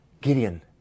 Gideon